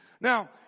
Now